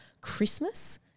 Christmas